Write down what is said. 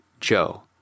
Joe